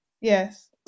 yes